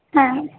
হ্যাঁ